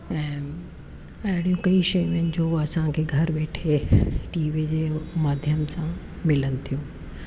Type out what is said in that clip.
ऐं अहिड़ियूं कई शयूं आहिनि जो असांखे घर वेठे टीवी जे माध्यम सां मिलनि थियूं